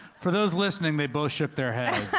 for those listening they both shook their heads.